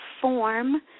form